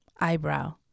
Eyebrow